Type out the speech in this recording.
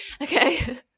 Okay